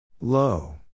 Low